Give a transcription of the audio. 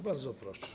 Bardzo proszę.